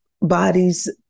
bodies